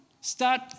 Start